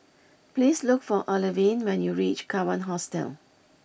please look for Olivine when you reach Kawan Hostel